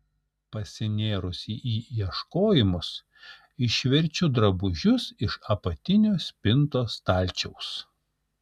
pasinėrusi į ieškojimus išverčiu drabužius iš apatinio spintos stalčiaus